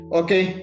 okay